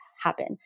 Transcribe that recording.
happen